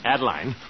Adeline